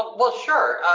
well, sure,